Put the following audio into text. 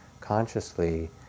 consciously